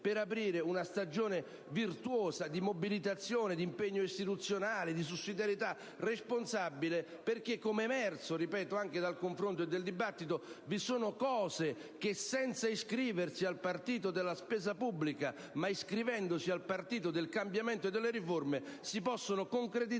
per aprire una stagione virtuosa di mobilitazione, di impegno istituzionale, di sussidiarietà responsabile perché, com'è emerso - ripeto - dal dibattito, vi sono iniziative che, senza iscriversi al partito della spesa pubblica ma iscrivendosi al partito del cambiamento e delle riforme, si possono concretizzare